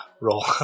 roll